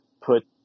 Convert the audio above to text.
put